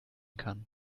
kann